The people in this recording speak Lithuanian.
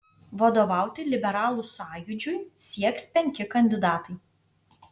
vadovauti liberalų sąjūdžiui sieks penki kandidatai